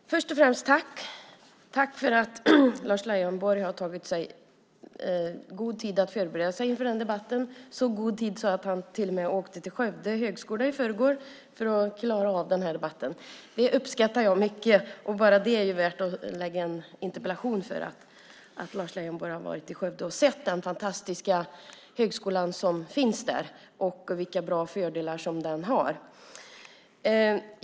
Herr talman! Först och främst tack för att Lars Leijonborg har tagit sig god tid att förbereda sig inför den här debatten, så god tid att han till och med åkte till Högskolan i Skövde i förrgår för att klara av den här debatten. Det uppskattar jag mycket. Bara det är värt att ställa en interpellation för, att Lars Leijonborg har varit i Skövde och sett den fantastiska högskola som finns där och vilka fördelar som den har.